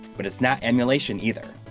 but it's not emulation either.